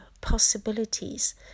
possibilities